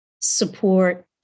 support